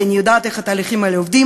כי אני יודעת איך התהליכים האלה עובדים.